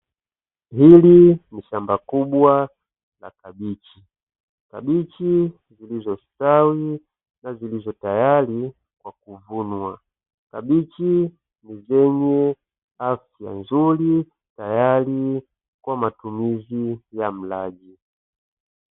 Hili ni shamba kubwa la kabichi , kabichi zilizostawi na zilizo tayari kwa kuvunwa, kabichi ni zenye afya nzuri tayari kwa matumizi ya mlaji.